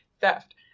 theft